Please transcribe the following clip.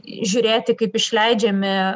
žiūrėti kaip išleidžiami